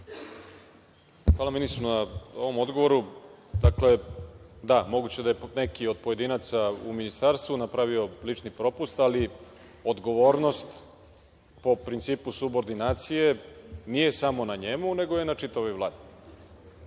Hvala, ministru na ovom odgovoru. Dakle, da, moguće je, da je neki od pojedinaca u ministarstvu napravio lični propust, ali odgovornost po principu subordinacije, nije samo na njemu, nego je na čitavoj Vladi.I,